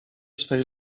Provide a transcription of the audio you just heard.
swej